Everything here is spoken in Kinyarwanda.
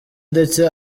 ndetse